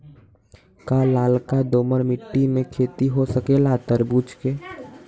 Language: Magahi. का लालका दोमर मिट्टी में खेती हो सकेला तरबूज के?